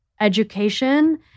education